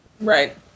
Right